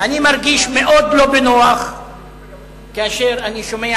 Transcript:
אני מרגיש מאוד לא בנוח כאשר אני שומע